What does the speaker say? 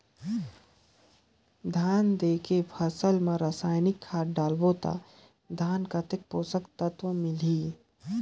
धान देंके फसल मा रसायनिक खाद डालबो ता धान कतेक पोषक तत्व मिलही?